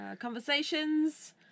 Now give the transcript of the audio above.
conversations